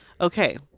Okay